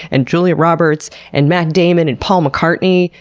and julia roberts, and matt damon, and paul mccartney,